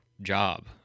job